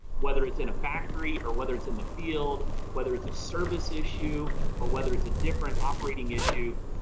whether it's in a factory or whether it's in the field, whether it's a service issue, or whether it's a different operating issue.